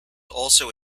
also